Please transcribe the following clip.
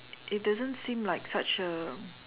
it doesn't seem like such a